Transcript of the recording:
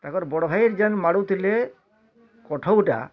ତାଙ୍କର ଭଡ଼ ଭାଇ ଯେନ୍ ମାଡ଼ୁ ଥିଲେ କଠଉଟା